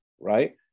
right